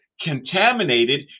Contaminated